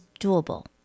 doable